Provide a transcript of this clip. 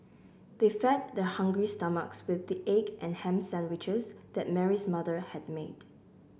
they fed their hungry stomachs with the egg and ham sandwiches that Mary's mother had made